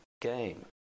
game